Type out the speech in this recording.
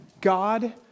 God